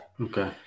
Okay